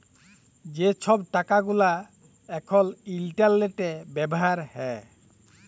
যে ছব টাকা গুলা এখল ইলটারলেটে ব্যাভার হ্যয়